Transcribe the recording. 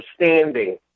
understanding